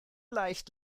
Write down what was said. leicht